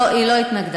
לא, היא לא התנגדה.